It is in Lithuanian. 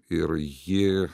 ir ji